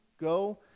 go